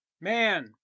Man